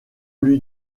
lui